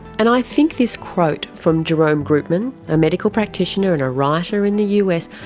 and i think this quote from jerome groopman, a medical practitioner and a writer in the us,